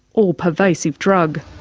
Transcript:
all-pervasive drug.